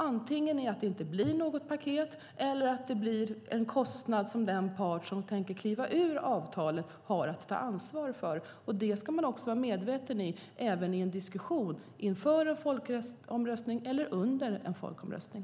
Antingen blir det inget paket alls eller så blir det en kostnad som den part som tänker kliva av avtalet har att ta ansvar för. Det ska man vara medveten om i diskussionerna inför eller under en folkomröstning.